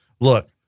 Look